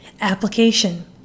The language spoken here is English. Application